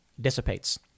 dissipates